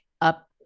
up